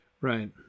Right